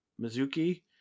Mizuki